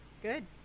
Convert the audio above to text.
good